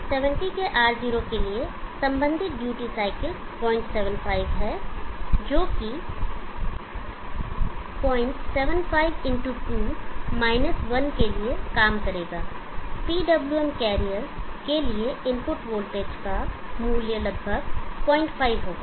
तो 70 के R0 के लिए संबंधित ड्यूटी साइकिल 075 है जो कि 075 x 2 1 के लिए काम करेगा PWM कैरियर के लिए वोल्टेज इनपुट का मूल्य लगभग 05 होगा